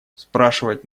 спрашивать